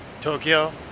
Tokyo